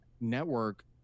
Network